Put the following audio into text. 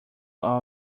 all